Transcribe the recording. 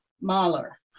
Mahler